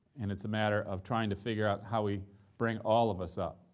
and it's a matter of trying to figure out how we bring all of us up,